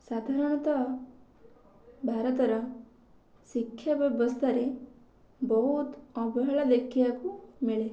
ସାଧାରଣତଃ ଭାରତର ଶିକ୍ଷା ବ୍ୟବସ୍ଥାରେ ବହୁତ୍ ଅବହେଳା ଦେଖିବାକୁ ମିଳେ